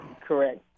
correct